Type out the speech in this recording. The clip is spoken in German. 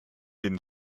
den